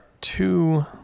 two